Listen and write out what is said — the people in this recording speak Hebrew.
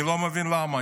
ואני לא מבין למה,